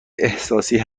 احساسی